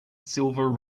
silver